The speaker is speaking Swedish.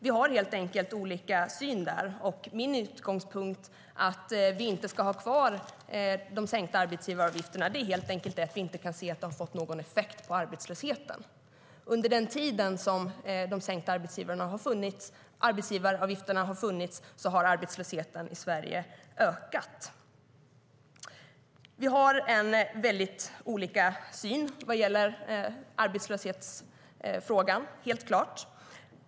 Vi har helt olika syn där, och min utgångspunkt när det gäller att vi inte ska ha kvar de sänkta arbetsgivaravgifterna är helt enkelt att vi inte kan se att det har fått någon effekt på arbetslösheten. Under den tid som de sänkta arbetsgivaravgifterna har funnits har arbetslösheten i Sverige ökat. Vi har väldigt olika syn på frågan om arbetslöshet.